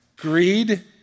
Greed